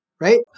right